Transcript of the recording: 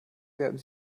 werben